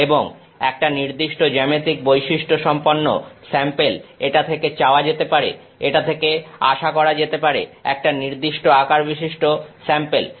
এবং একটা নির্দিষ্ট জ্যামিতিক বৈশিষ্ট্য সম্পন্ন স্যাম্পেল এটা থেকে চাওয়া যেতে পারে এটা থেকে আশা করা যেতে পারে একটা নির্দিষ্ট আকারবিশিষ্ট স্যাম্পেল